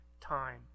time